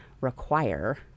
require